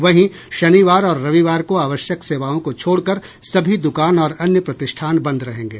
वहीं शनिवार और रविवार को आवश्यक सेवाओं को छोड़कर सभी द्कान और अन्य प्रतिष्ठान बंद रहेंगे